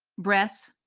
breath,